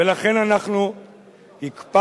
ולכן אנחנו הקפדנו,